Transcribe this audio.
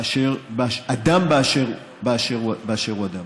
אדם באשר הוא אדם.